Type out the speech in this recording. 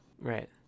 Right